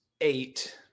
eight